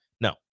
no